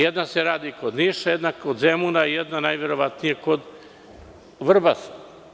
Jedna se radi kod Niša, jedna kod Zemuna, jedna najverovatnije kod Vrbasa.